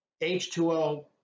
h2o